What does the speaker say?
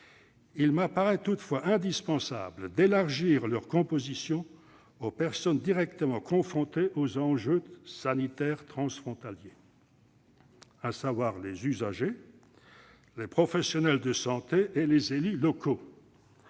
Il m'apparaît toutefois indispensable d'élargir leur composition aux personnes directement confrontées aux enjeux sanitaires transfrontaliers, à savoir les usagers, les professionnels de santé et les élus locaux.